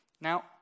Now